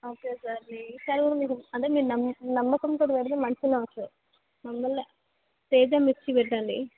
okay sir ji కానీ మీరు అంటే మీరు నమ్మ నమ్మకంతోటి పెడితే మంచిగానే వస్తాయి తేజ మిర్చి పెట్టండి